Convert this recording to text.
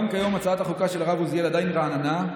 גם כיום הצעת החוקה של הרב עוזיאל עדיין רעננה,